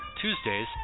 Tuesdays